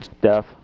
Deaf